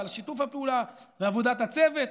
ועל שיתוף הפעולה ועל עבודת הצוות.